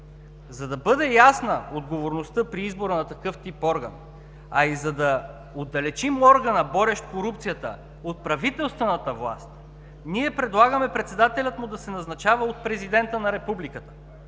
За да бъде ясна отговорността при избора на такъв тип орган, а и за да отдалечим органа, борещ корупцията от правителствената власт, ние предлагаме председателят му да се назначава от президента на републиката.